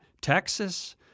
Texas